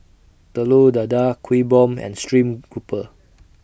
Telur Dadah Kuih Bom and Stream Grouper